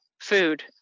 food